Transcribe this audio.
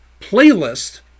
playlist